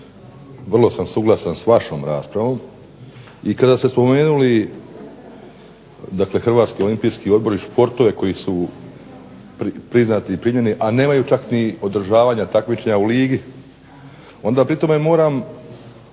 vrlo sam suglasan s vašom raspravom i kada ste spomenuli Hrvatski olimpijski odbor i športove koji su priznati a nemaju čak ni održavanja takmičenja u ligi, onda pri tome moram